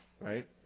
Right